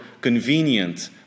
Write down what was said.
convenient